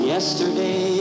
Yesterday